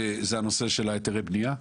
יש את נושא היתרי הבנייה.